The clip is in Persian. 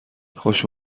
خوش